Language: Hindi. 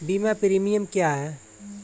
बीमा प्रीमियम क्या है?